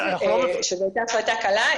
להגיד שזאת הייתה החלטה קלה?